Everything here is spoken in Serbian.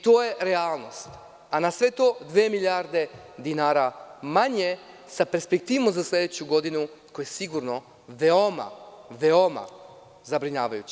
To je realnost, a na sve to, dve milijarde dinara manje sa perspektivom za sledeću godinu, koja je sigurno veoma, veoma zabrinjavajuća.